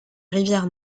rivière